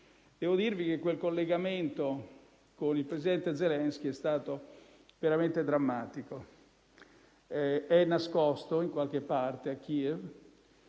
Devo dirvi che il collegamento con il presente Zelensky è stato veramente drammatico: è nascosto in qualche parte a Kiev